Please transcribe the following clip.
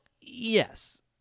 yes